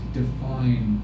define